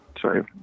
Sorry